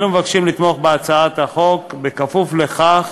אנו מבקשים לתמוך בהצעת החוק, בכפוף לכך